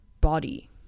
body